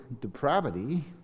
depravity